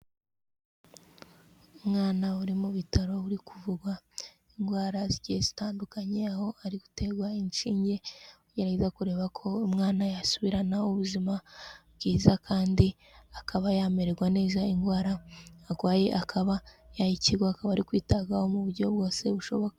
Umwana uri mu bitaro uri kuvurwa indwara zitandukanye aho ari guterwa inshinge, bari kugerageza kureba ko umwana yasubirana ubuzima bwiza kandi akaba yamererwa neza indwara arwaye akaba yayikizwa akaba ari kwitabwaho mu buryo bwose bushoboka.